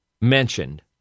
mentioned